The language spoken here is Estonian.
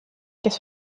kes